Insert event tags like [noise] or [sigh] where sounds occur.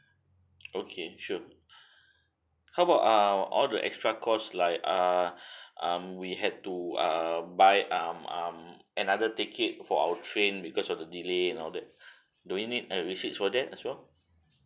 okay sure how about ah all the extra cost like ah [breath] um we had to err buy um um another ticket for our train because of the delay and all that [breath] do we need uh receipts for that as well